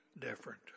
different